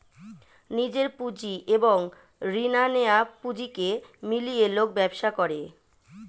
নিজের পুঁজি এবং রিনা নেয়া পুঁজিকে মিলিয়ে লোক ব্যবসা করে